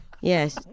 Yes